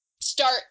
start